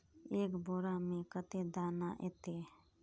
एक बोड़ा में कते दाना ऐते?